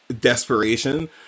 desperation